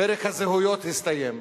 פרק הזהויות הסתיים.